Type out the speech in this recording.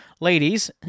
Ladies